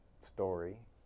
story